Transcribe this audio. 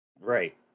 right